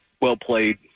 well-played